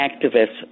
activists